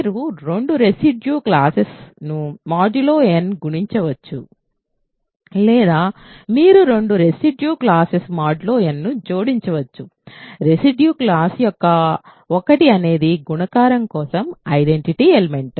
మీరు రెండు residue classes ను మాడ్యులో n గుణించవచ్చు లేదా మీరు రెండు రెసిడ్యూ క్లాస్సేస్ మాడ్యులో n ను జోడించవచ్చు రెసిడ్యూ క్లాస్ యొక్క ఒకటి అనేది గుణకారం కోసం ఐడెంటిటీ ఎలిమెంట్